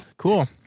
Cool